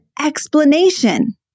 explanation